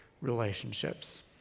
relationships